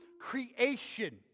creation